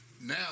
now